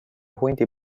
hundi